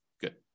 Good